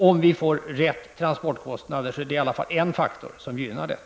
Om vi får rätt transportkostnader åtminstone är detta en gynnsam faktor.